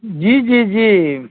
جی جی جی